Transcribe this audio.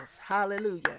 hallelujah